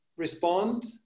respond